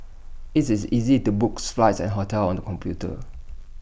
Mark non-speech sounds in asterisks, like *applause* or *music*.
IT is easy to book *unintelligible* flights and hotels on the computer